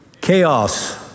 Chaos